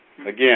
Again